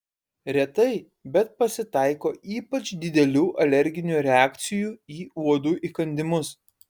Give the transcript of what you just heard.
retai bet pasitaiko ypač didelių alerginių reakcijų į uodų įkandimus